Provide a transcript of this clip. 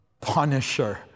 Punisher